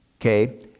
okay